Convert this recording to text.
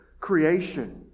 creation